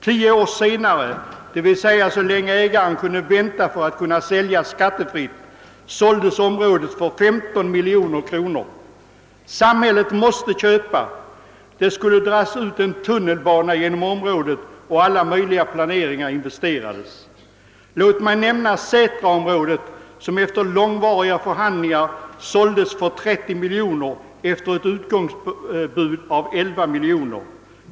Tio år senare, d.v.s. efter den tid ägaren måste vänta för att kunna sälja skattefritt, såldes området för 15 miljoner kronor. Samhället måste köpa; man skulle dra en tunnelbana genom området och investerade i alla möjliga planeringar. Sätraområdet såldes efter långvariga förhandlingar för 30 miljoner kronor efter ett utgångsbud på 11 miljoner.